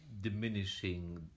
diminishing